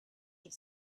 have